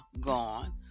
gone